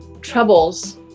troubles